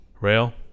Rail